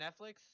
Netflix